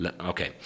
Okay